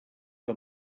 que